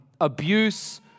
abuse